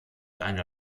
eine